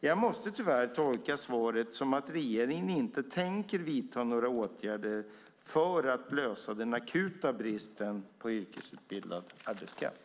Jag måste tyvärr tolka svaret som att regeringen inte tänker vidta några åtgärder för att lösa den akuta bristen på yrkesutbildad arbetskraft.